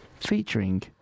Featuring